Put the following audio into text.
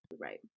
right